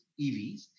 evs